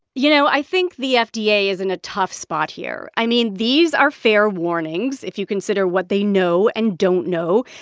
you know, i think the fda is in a tough spot here. i mean, these are fair warnings if you consider what they know and don't know.